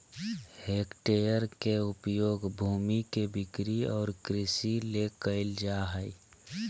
hectare के उपयोग भूमि के बिक्री और कृषि ले कइल जाय हइ